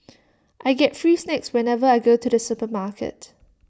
I get free snacks whenever I go to the supermarket